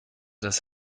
das